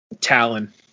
Talon